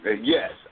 yes